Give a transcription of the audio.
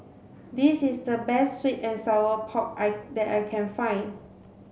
this is the best sweet and sour pork I that I can find